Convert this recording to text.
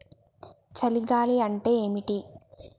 చలి గాలి అంటే ఏమిటి?